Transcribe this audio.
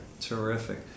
Terrific